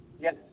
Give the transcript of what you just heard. Yes